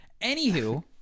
Anywho